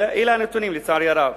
אלה הנתונים, לצערי הרב.